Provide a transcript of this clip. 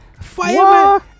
fireman